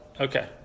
Okay